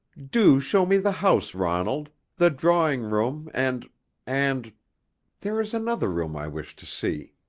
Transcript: do show me the house, ronald the drawing-room, and and there is another room i wish to see.